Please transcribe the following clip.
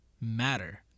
matter